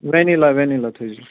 vanilla وٮ۪نِلا تھٲیزیو